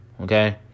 okay